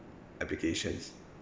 applications